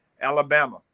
Alabama